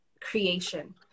creation